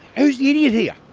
who's the idiot here?